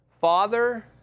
Father